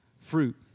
fruit